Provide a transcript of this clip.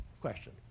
question